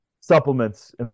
supplements